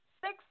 six